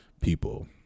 people